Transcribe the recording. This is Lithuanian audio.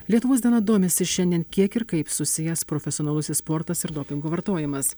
lietuvos diena domisi šiandien kiek ir kaip susijęs profesionalusis sportas ir dopingo vartojimas